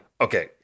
okay